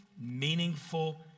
meaningful